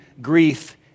grief